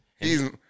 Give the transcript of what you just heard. He's-